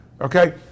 okay